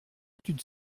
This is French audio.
étude